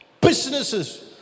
businesses